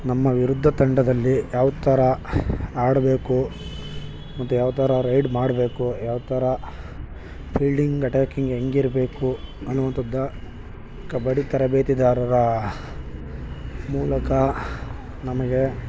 ನಮ್ಮ ವಿರುದ್ಧ ತಂಡದಲ್ಲಿ ಯಾವ ಥರ ಆಡಬೇಕು ಮತ್ತು ಯಾವ ಥರ ರೈಡ್ ಮಾಡಬೇಕು ಯಾವ ಥರ ಫೀಲ್ಡಿಂಗ್ ಅಟ್ಯಾಕಿಂಗ್ ಹೆಂಗಿರ್ಬೇಕು ಅನ್ನುವಂಥದ್ದು ಕಬಡ್ಡಿ ತರಬೇತಿದಾರರ ಮೂಲಕ ನಮಗೆ